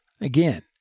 Again